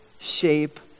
shape